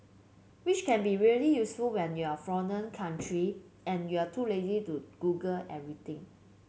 which can be really useful when you're in a foreign country and you're too lazy to Google everything